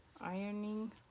ironing